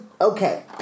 Okay